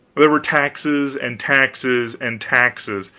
there were taxes, and taxes, and taxes,